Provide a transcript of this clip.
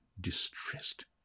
distressed